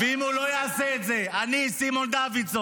ואם הוא לא יעשה את זה, אני, סימון דוידסון,